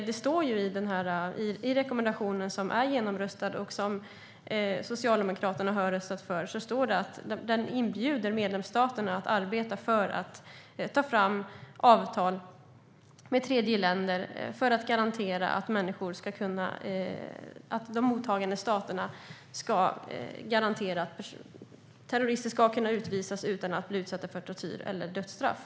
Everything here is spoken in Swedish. Det står i rekommendationen, som är genomröstad och som Socialdemokraterna har röstat för, att den inbjuder medlemsstaterna att arbeta för att ta fram avtal med tredjeländer för att de mottagande staterna ska garantera att terrorister ska kunna utvisas utan att bli utsatta för tortyr eller dödsstraff.